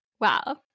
Wow